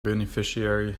beneficiary